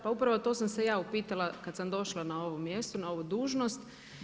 Pa upravo to sam se i ja upitala kad sam došla na ovo mjesto, na ovu dužnost.